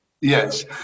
Yes